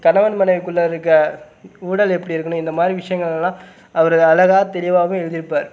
கணவன் மனைவிக்குள்ளே இருக்கற ஊடல் எப்படி இருக்குணும் இந்தமாதிரி விஷயங்கள் எல்லாம் அவர் அழகா தெளிவாகவே எழுதிருப்பார்